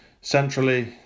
centrally